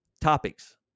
topics